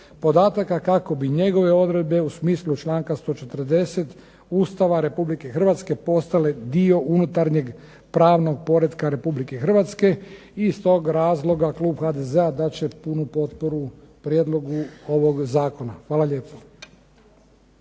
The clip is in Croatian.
kako bi njegove odredbe u smislu članka 140. Ustava Republike Hrvatske postale dio unutarnjeg pravnog poretka Republike Hrvatske. I iz toga razloga klub HDZ-a dat će punu potporu prijedlogu ovoga zakona. Hvala lijepo.